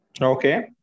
Okay